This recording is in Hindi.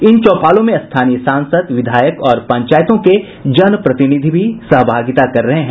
इन चौपालों में स्थानीय सांसद विधायक और पंचायतों के जनप्रतिनिधि भी सहभागिता कर रहे हैं